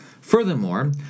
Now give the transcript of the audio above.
Furthermore